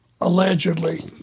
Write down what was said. Allegedly